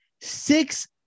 Six